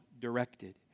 directed